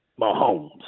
Mahomes